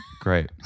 Great